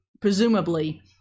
presumably